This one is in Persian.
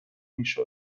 میشد